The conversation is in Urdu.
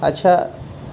اچھا